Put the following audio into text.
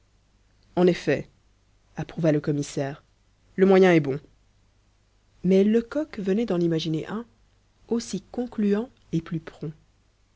en effet approuva le commissaire le moyen est bon mais lecoq venait d'en imaginer un aussi concluant et plus prompt